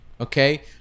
Okay